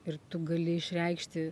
ir tu gali išreikšti